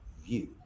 view